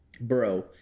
Bro